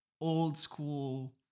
old-school